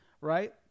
right